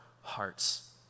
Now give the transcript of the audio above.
hearts